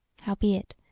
howbeit